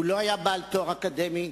הוא לא היה בעל תואר אקדמי.